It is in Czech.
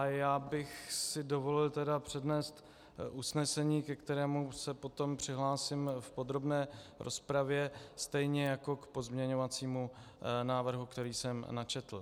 Já bych si dovolil přednést usnesení, ke kterému se potom přihlásím v podrobné rozpravě, stejně jako k pozměňovacímu návrhu, který jsem načetl.